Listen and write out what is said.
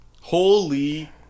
Holy